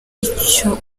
icyo